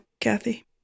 Kathy